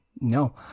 no